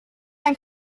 ein